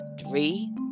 three